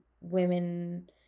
women